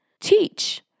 Teach